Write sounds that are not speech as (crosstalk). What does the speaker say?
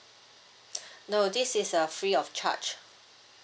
(noise) no this is uh free of charge